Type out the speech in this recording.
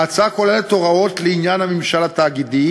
ההצעה כוללת הוראות לעניין הממשל התאגידי